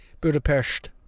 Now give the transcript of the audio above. Budapest